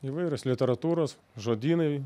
įvairios literatūros žodynai